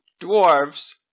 dwarves